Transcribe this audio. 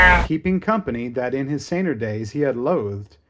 keeping company that in his saner days he had loathed,